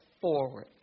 forward